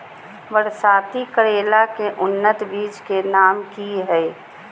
बरसाती करेला के उन्नत बिज के नाम की हैय?